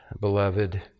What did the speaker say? beloved